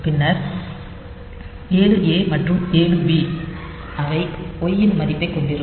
பின்னர் 7ஏ மற்றும் 7பி அவை Y இன் மதிப்பைக் கொண்டிருக்கும்